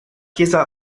chiesa